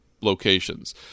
locations